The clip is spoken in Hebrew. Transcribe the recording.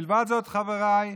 מלבד זאת, חבריי,